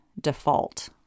default